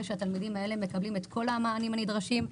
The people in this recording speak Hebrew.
שהתלמידים האלה מקבלים את כל המענים הנדרשים.